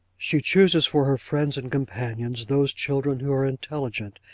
she chooses for her friends and companions, those children who are intelligent,